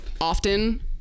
often